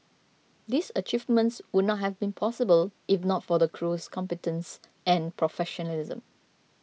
these achievements would not have been possible if not for the crew's competence and professionalism